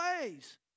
ways